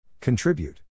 Contribute